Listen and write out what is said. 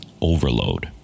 overload